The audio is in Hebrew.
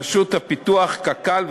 רשות הפיתוח וקק"ל,